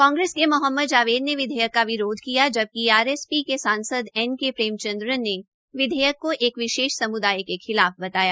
कांग्रेस के मोहम्मद जावेद ने विधेयक का विरोध किया जबकि आरएसपी के सांसद एन के प्रेमचंद्रन ने विधेयक को एक समुदाय के खिलाफ बताया